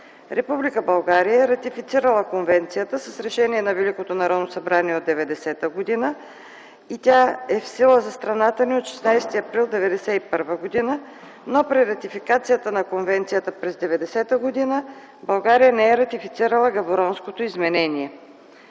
Република България е ратифицирала Конвенцията с Решение на Великото народно събрание от 1990 г. и тя е в сила за страната ни от 16 април 1991 г., но при ратификацията на конвенцията през 1990 г. България не е ратифицирала Габоронското изменение.